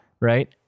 Right